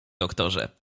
doktorze